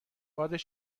باد